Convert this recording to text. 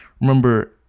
Remember